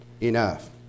enough